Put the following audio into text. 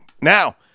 Now